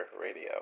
Radio